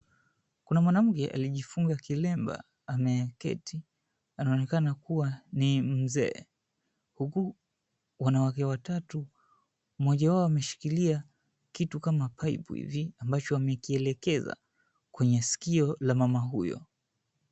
Kuna mwanamke aliyejifunga kilemba, ameketi ananekana kuwa ni mzee huku wanawake watatu mmoja wao akiwa ameshikilia kitu kama pipe hivi ambacho amekielekeza kwenye sikio la mama huyo.